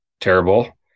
terrible